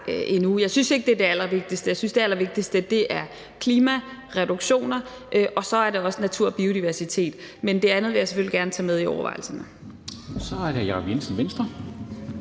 endnu. Jeg synes ikke, det er det allervigtigste. Jeg synes, det allervigtigste er reduktioner i forhold til klimaet, og så er det også natur og biodiversitet. Men det andet vil jeg selvfølgelig gerne tage med i overvejelserne. Kl. 11:49 Formanden (Henrik